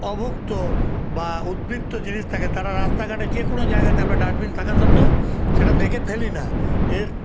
অভুক্ত বা উদ্বৃত্ত জিনিস থাকে তারা রাস্তাঘাটে যে কোন জায়গাতে আমরা ডাস্টবিন থাকা সত্ত্বেও সেটা দেখে ফেলি না এর